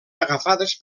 agafades